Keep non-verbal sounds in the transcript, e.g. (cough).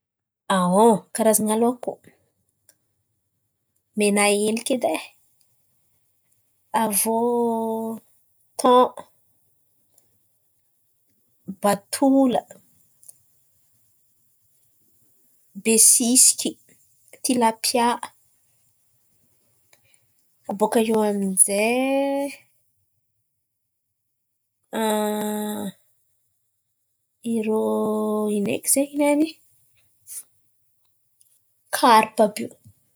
(hesitation) Karazan̈a laoko: mena heliky edy e, aviô tò, batola, besisiky, tilapià, bòka iô aminjay. (hesitation) Irô ino eky zen̈y niany? Karpa àby io.